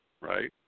right –